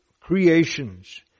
creations